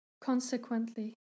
Consequently